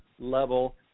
level